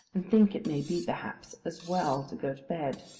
and think it may be, perhaps, as well to go to bed.